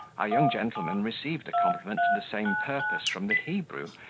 our young gentleman received a compliment to the same purpose from the hebrew,